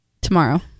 tomorrow